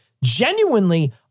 Genuinely